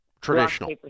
traditional